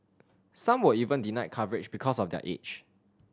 some were even denied coverage because of their age